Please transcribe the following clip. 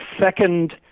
second